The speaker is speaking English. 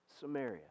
Samaria